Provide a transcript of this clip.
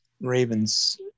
Ravens